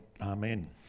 Amen